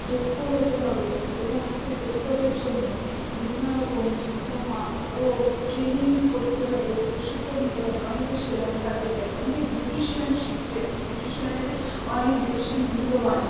দক্ষ হতে হবে এবং সেই দক্ষতার জন্য বিভিন্ন রকম ডিপ্লোমা ও ট্রেনিং করতে হবে প্রশিক্ষণ নিতে হবে অনেকে সেলাইয়ের কাজে যায় অনেকে বিউটিশিয়ান শিখছে এখন বিউটিশিয়ানের অনেক বেশি মূল্যবান